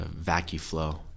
VacuFlow